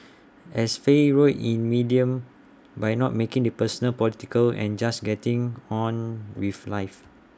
as Faye wrote in medium by not making the personal political and just getting on with life